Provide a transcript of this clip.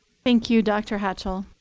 thank you, dr. hatchell.